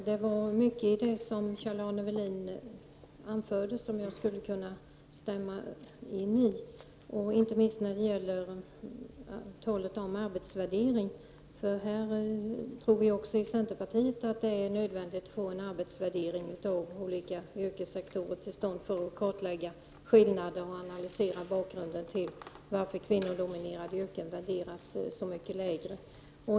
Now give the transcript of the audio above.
Fru talman! Jag skulle kunna instämma i mycket av det som Kjell-Arne Welin sade, inte minst i talet om arbetsvärdering. Vi tror också i centerpartiet att det är nödvändigt att få till stånd en arbetsvärdering inom olika yrkes sektorer för att man skall kunna kartlägga skillnader och analysera bakgrunden till att kvinnodominerade yrken värderas så mycket lägre.